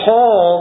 Paul